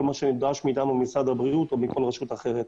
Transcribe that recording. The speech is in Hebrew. מה שנדרש ממשרד הבריאות או מכל רשות אחרת.